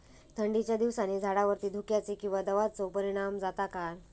थंडीच्या दिवसानी झाडावरती धुक्याचे किंवा दवाचो परिणाम जाता काय?